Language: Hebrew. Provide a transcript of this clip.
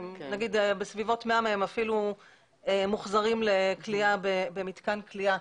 נגיד בסביבות 100 מהם מוחזרים לכליאה במתקן כליאה.